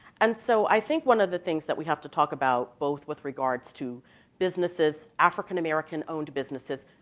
and so i think one of the things that we have to talk about both with regards to businesses, african-american-owned businesses,